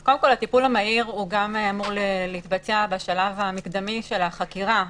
אז קודם כל הטיפול המהיר גם אמור להתבצע בשלב המקדמי של החקירה.